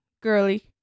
girly